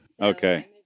okay